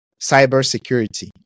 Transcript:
cybersecurity